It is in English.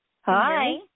Hi